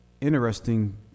interesting